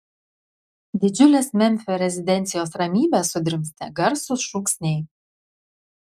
didžiulės memfio rezidencijos ramybę sudrumstė garsūs šūksniai